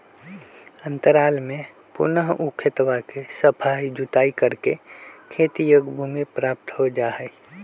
अंतराल में पुनः ऊ खेतवा के सफाई जुताई करके खेती योग्य भूमि प्राप्त हो जाहई